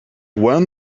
when